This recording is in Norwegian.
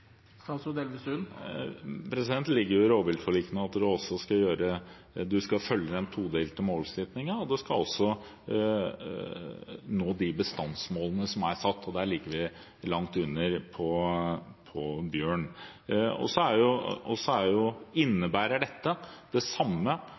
Det ligger i rovviltforlikene at man skal følge den todelte målsettingen, og at man også skal nå de bestandsmålene som er satt, og der ligger vi langt under på bjørn.